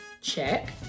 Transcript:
Check